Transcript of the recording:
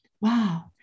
wow